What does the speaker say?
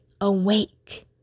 awake